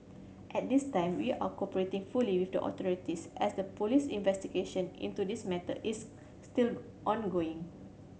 at this time we are cooperating fully with the authorities as a police investigation into this matter is still ongoing